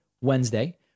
Wednesday